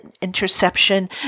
interception